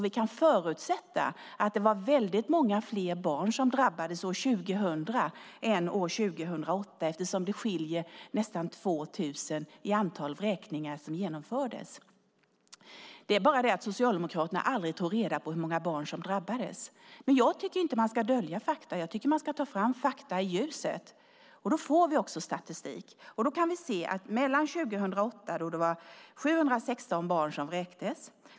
Vi kan förutsätta att det var väldigt många fler barn som drabbades år 2000 än år 2008 eftersom det skiljer nästan 2 000 i antal vräkningar som genomfördes. Det är bara det att Socialdemokraterna aldrig tog reda på hur många barn som drabbades. Jag tycker inte att man ska dölja fakta utan att man ska ta fram fakta i ljuset. Då får vi också statistik. Vi kan se att det 2008 var 716 barn som vräktes.